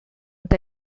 eta